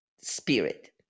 spirit